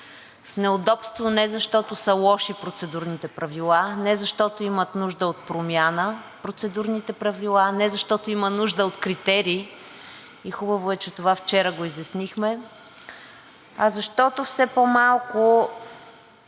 С неудобство не защото са лоши процедурните правила, не защото имат нужда от промяна процедурните правила, не защото има нужда от критерии и хубаво е, че това вчера го изяснихме, а защото все по-малък